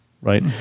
Right